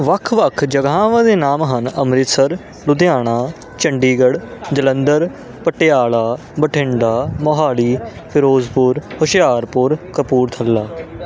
ਵੱਖ ਵੱਖ ਜਗ੍ਹਾਵਾਂ ਦੇ ਨਾਮ ਹਨ ਅੰਮ੍ਰਿਤਸਰ ਲੁਧਿਆਣਾ ਚੰਡੀਗੜ੍ਹ ਜਲੰਧਰ ਪਟਿਆਲਾ ਬਠਿੰਡਾ ਮੋਹਾਲੀ ਫਿਰੋਜ਼ਪੁਰ ਹੁਸ਼ਿਆਰਪੁਰ ਕਪੂਰਥਲਾ